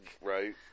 Right